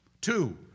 Two